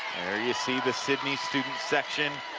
you see the sidney student section